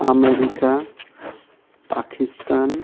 America Pakistan